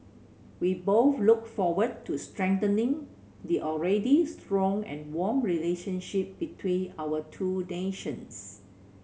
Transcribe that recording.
we both look forward to strengthening the already strong and warm relationship between our two nations